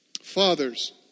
Fathers